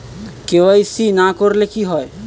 KYC না করলে কি হয়?